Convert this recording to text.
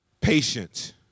patience